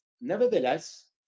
Nevertheless